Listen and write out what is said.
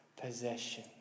possession